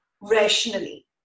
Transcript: rationally